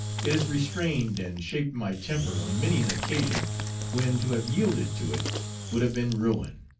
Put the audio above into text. it has restrained and shaped my temper on many an occasion when to have yielded to it would have been ruin.